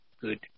good